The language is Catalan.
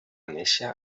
néixer